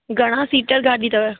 घणा सीटर गाॾी अथव